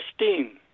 esteem